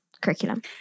curriculum